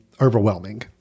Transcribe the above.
overwhelming